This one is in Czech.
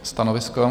Stanovisko?